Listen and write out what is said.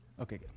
Okay